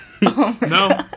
No